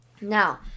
Now